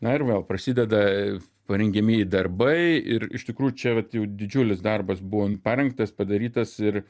na ir vėl prasideda parengiamieji darbai ir iš tikrųjų čia vat jau didžiulis darbas buvo parengtas padarytas ir